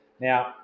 Now